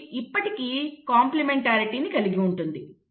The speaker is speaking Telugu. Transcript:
అది ఇప్పటికీ కాంప్లిమెంటారిటీ ని కలిగి ఉంటుంది